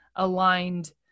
aligned